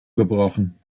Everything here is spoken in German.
gebrochen